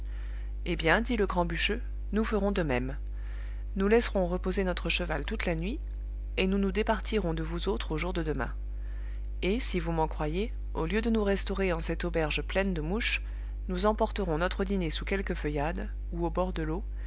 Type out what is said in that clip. eh bien dit le grand bûcheux nous ferons de même nous laisserons reposer notre cheval toute la nuit et nous nous départirons de vous autres au jour de demain et si vous m'en croyez au lieu de nous restaurer en cette auberge pleine de mouches nous emporterons notre dîner sous quelque feuillade ou au bord de l'eau